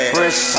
Fresh